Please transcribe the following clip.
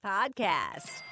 Podcast